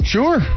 Sure